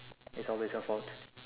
is always your fault